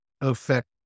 affect